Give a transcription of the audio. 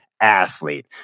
athlete